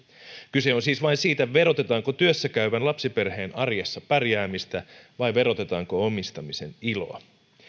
kyse on siis vain siitä verotetaanko työssä käyvän lapsiperheen arjessa pärjäämistä vai verotetaanko omistamisen iloa